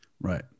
right